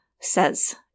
says